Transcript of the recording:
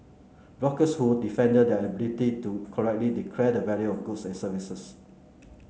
bloggers who defended their inability to correctly declare the value of goods and services